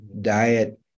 diet